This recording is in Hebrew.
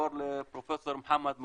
נעבור לפרופ' מוחמד מחאג'נה,